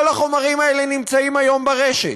כל החומרים האלה נמצאים היום ברשת,